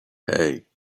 hey